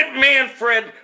Manfred